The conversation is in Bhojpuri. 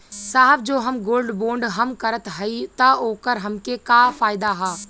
साहब जो हम गोल्ड बोंड हम करत हई त ओकर हमके का फायदा ह?